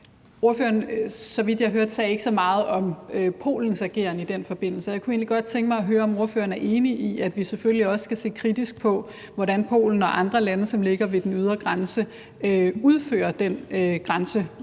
sagde, så vidt jeg hørte, ikke så meget om Polens ageren i den forbindelse, og jeg kunne egentlig godt tænke mig at høre, om ordføreren er enig i, at vi selvfølgelig også skal se kritisk på, hvordan Polen og andre lande, som ligger ved den ydre grænse, udfører den